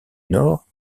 nord